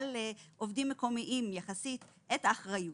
על עובדים מקומיים את האחריות